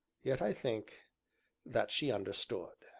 yet i think that she understood.